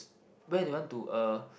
where they want to uh